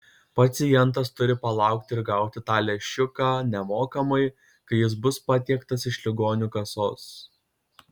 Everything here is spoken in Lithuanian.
pacientas turi palaukti ir gauti tą lęšiuką nemokamai kai jis bus patiektas iš ligonių kasos